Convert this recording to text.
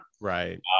right